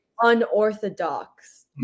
unorthodox